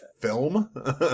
film